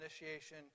initiation